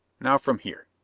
now, from here.